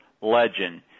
legend